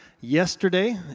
yesterday